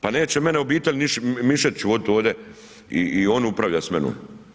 Pa neće mene obitelj Mišetić vodit ovdje i on upravlja s menom.